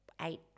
eight